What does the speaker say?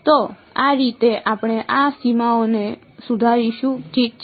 તો આ રીતે આપણે આ સીમાઓને સુધારીશું ઠીક છે